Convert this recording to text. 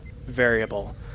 variable